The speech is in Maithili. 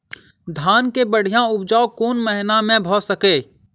धान केँ बढ़िया उपजाउ कोण महीना मे भऽ सकैय?